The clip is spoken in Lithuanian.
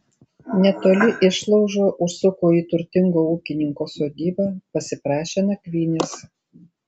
netoli išlaužo užsuko į turtingo ūkininko sodybą pasiprašė nakvynės